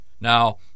Now